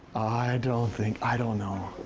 don't think, i don't know.